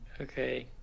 Okay